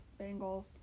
Bengals